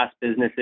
businesses